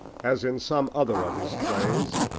as in some other of his plays,